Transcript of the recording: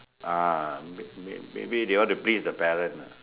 ah maybe maybe they want to please the parent ah